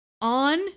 on